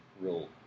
real